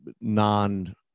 non